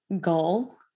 goal